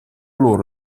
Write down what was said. loro